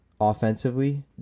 offensively